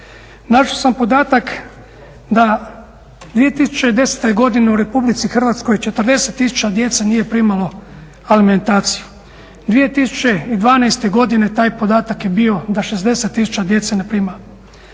Našao sam podatak da 2010. godine u Republici Hrvatskoj 40 tisuća djece nije primalo alimentaciju. 2012. godine taj podatak je bio da 60 tisuća djece ne prima. Strah